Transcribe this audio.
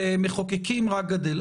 כמחוקקים, רק גדל.